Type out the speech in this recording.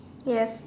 yes